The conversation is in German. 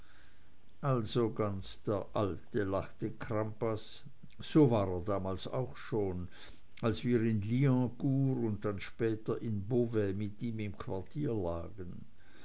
also ganz der alte lachte crampas so war er damals auch schon als wir in liancourt und dann später in beauvais mit ihm in quartier lagen